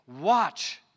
Watch